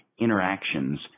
interactions